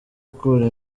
gukora